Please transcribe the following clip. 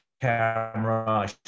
camera